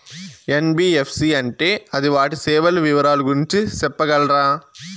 NBFC అంటే అది వాటి సేవలు వివరాలు గురించి సెప్పగలరా?